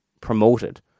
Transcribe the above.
promoted